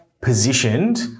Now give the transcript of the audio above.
positioned